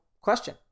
question